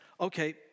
Okay